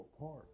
apart